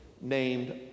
named